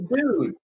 Dude